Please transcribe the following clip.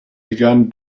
began